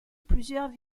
plusieurs